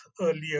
earlier